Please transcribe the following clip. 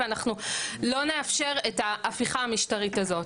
ואנחנו לא נאפשר את ההפיכה המשטרית הזאת.